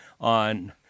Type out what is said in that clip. on